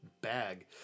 bag